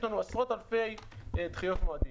יש לנו עשרות אלפי דחיות מועדים.